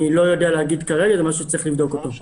אני לא יודע להגיד כרגע, אני צריך לבדוק.